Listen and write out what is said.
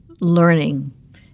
learning